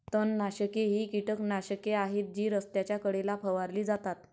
तणनाशके ही कीटकनाशके आहेत जी रस्त्याच्या कडेला फवारली जातात